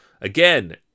Again